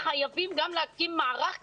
חייבים גם להקים מערך כזה,